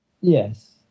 Yes